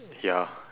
ya